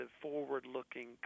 forward-looking